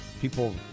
people